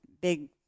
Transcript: big